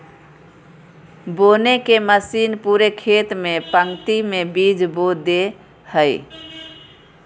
बोने के मशीन पूरे खेत में पंक्ति में बीज बो दे हइ